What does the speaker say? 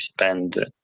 spend